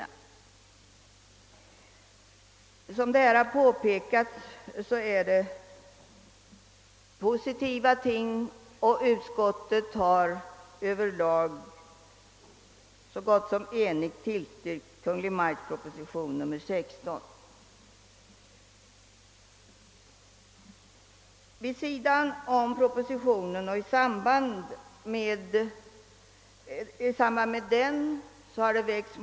Detta är såsom här redan påpekats mycket positiva ting, och utskottet har så gott som enhälligt tillstyrkt Kungl. Maj:ts proposition nr 16 Både vid sidan av propositionen och i samband med denna har motioner väckts.